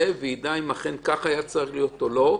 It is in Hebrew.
ויידע אם אכן כך צריך היה להיות או לא.